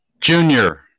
Junior